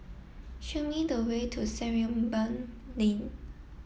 show me the way to Sarimbun Lane